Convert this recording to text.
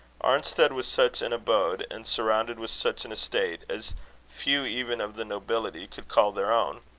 arnstead was such an abode, and surrounded with such an estate, as few even of the nobility could call their own.